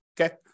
okay